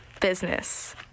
business